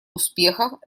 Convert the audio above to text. успехов